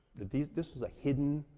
that this this was a hidden